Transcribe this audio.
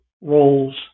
roles